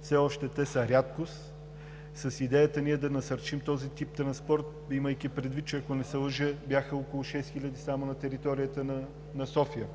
все още те са рядкост – с идеята ние да насърчим този вид транспорт, имайки предвид, ако не се лъжа, че бяха около 6000 само на територията на София.